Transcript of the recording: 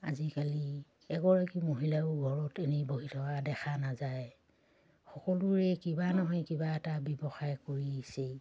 আজিকালি এগৰাকী মহিলাও ঘৰত এনেই বহি থকা দেখা নাযায় সকলোৰে কিবা নহয় কিবা এটা ব্যৱসায় কৰিছেই